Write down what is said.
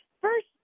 First